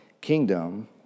kingdom